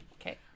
Okay